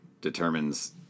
determines